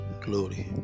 glory